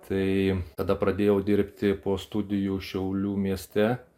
tai tada pradėjau dirbti po studijų šiaulių mieste